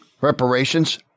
Reparations